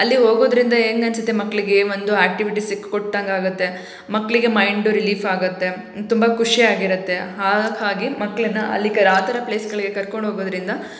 ಅಲ್ಲಿ ಹೋಗೋದರಿಂದ ಹೆಂಗ್ ಅನ್ಸುತ್ತೆ ಮಕ್ಕಳಿಗೆ ಒಂದು ಆ್ಯಕ್ಟಿವಿಟಿಸ್ ಸಿಕ್ ಕೊಟ್ಟಂಗಾಗುತ್ತೆ ಮಕ್ಕಳಿಗೆ ಮೈಂಡೂ ರಿಲೀಫ್ ಆಗುತ್ತೆ ತುಂಬ ಖುಷಿಯಾಗಿರುತ್ತೆ ಹಾಗೆ ಮಕ್ಕಳನ್ನ ಅಲ್ಲಿ ಕರ್ ಆ ಥರ ಪ್ಲೇಸ್ಗಳಿಗೆ ಕರ್ಕೊಂಡೋಗೋದರಿಂದ